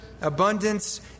abundance